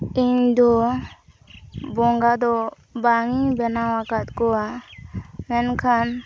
ᱤᱧᱫᱚ ᱵᱚᱸᱜᱟᱫᱚ ᱵᱟᱝᱤᱧ ᱵᱮᱱᱟᱣ ᱟᱠᱟᱫ ᱠᱚᱣᱟ ᱢᱮᱱᱠᱷᱟᱱ